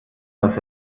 dass